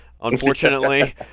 Unfortunately